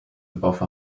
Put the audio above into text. above